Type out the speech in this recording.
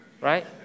right